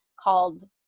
called